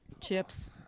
Chips